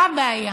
מה הבעיה?